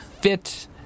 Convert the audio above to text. fit